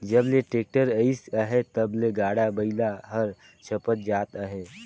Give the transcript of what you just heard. जब ले टेक्टर अइस अहे तब ले गाड़ा बइला हर छपत जात अहे